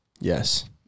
Yes